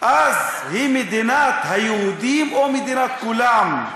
אז היא מדינת היהודים או מדינת כולם?